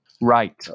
Right